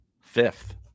fifth